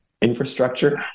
infrastructure